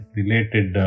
related